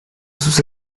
sus